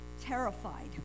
terrified